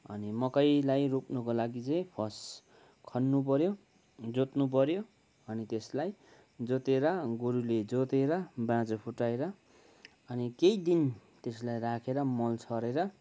अनि मकैलाई रोप्नुको लागि चाहिँ फर्स्ट खन्नु पऱ्यो जोत्नु पऱ्यो अनि त्यसलाई जोतेर गोरुले जोतेर बाँझो फुटाएर अनि केही दिन त्यसलाई राखेर मल छरेर